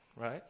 right